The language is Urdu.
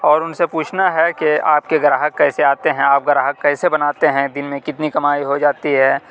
اور ان سے پوچھنا ہے کہ آپ کے گراہک کیسے آتے ہیں آپ گراہک کیسے بناتے ہیں دن میں کتنی کمائی ہو جاتی ہے